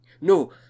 No